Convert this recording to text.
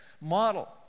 model